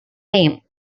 name